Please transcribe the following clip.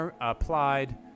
applied